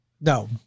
No